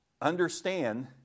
understand